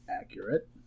Accurate